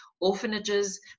orphanages